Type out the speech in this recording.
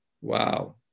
Wow